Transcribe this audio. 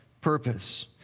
purpose